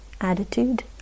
attitude